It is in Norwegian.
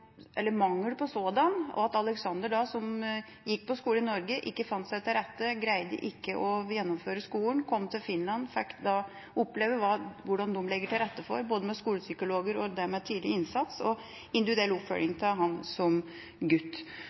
eller mangel på sådan, og at «Alexander», som gikk på skole i Norge, ikke fant seg til rette, ikke greide å gjennomføre skolen, men kom til Finland og fikk oppleve hvordan de legger til rette, både med skolepsykologer og med tidlig innsats og individuell oppfølging av ham som gutt.